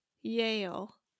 Yale